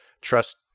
trust